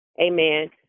Amen